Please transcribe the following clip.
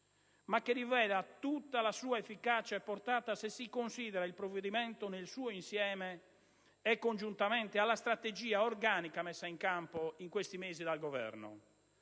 in realtà tutta la loro efficacia e portata se si considera il provvedimento nel suo insieme e congiuntamente alla strategia organica messa in campo in questi mesi dal Governo.